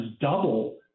double